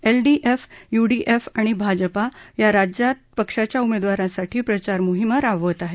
LDF UDF आणि भाजपा या राज्यात पक्षाच्या उमेदवारांसाठी प्रचार मोहीम राबवत आहे